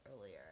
earlier